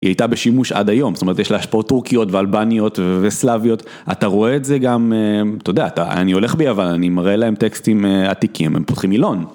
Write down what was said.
היא הייתה בשימוש עד היום זאת אומרת יש לה השפעות טורקיות ואלבניות וסלאביות אתה רואה את זה גם אתה יודע אני הולך ביוון אני מראה להם טקסטים עתיקים הם פותחים מילון